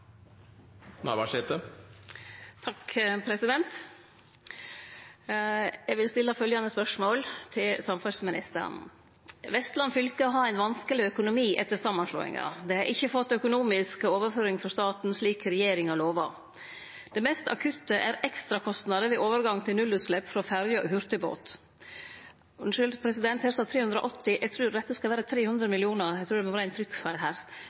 til samferdsleministeren: «Vestland fylke har ein vanskeleg økonomi etter samanslåinga. Dei har ikkje fått økonomisk overføring frå staten, slik regjeringa lova. Det mest akutte er ekstra kostnader ved overgang til nullutslepp frå ferje og hurtigbåt. 380 mill. kr for ferjer i Hordaland,» – Unnskyld, president! Eg trur det rette er 300 mill. kr. Det må vere ein trykkfeil her.